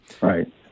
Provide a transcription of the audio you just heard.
Right